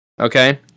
okay